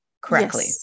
correctly